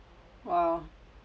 !wow!